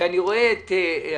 מי מציג את החוק?